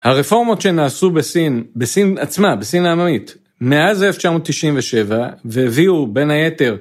הרפורמות שנעשו בסין, בסין עצמה, בסין העממית, מאז 1997 והביאו בין היתר